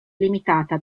limitata